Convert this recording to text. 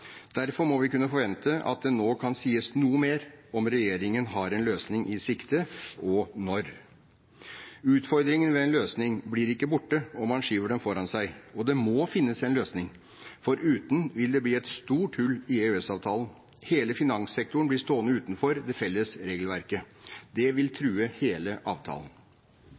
Derfor må vi kunne forvente at det nå kan sies noe mer om hvorvidt regjeringen har en løsning i sikte, og når. Utfordringene ved en løsning blir ikke borte om man skyver dem foran seg. Og det må finnes en løsning, for uten vil det bli et stort hull i EØS-avtalen. Hele finanssektoren blir stående utenfor det felles regelverket. Det vil true hele avtalen.